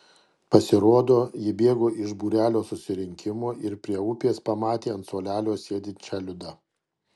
pasirodo ji bėgo iš būrelio susirinkimo ir prie upės pamatė ant suolelio sėdinčią liudą